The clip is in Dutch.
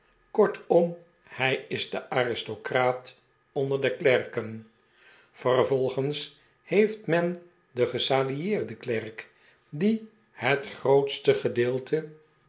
kortom hij is de aristocraat onder de klerken vervolgens heeft men den gesalarieerden klerk die het grootste gedeelte